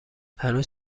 هنوز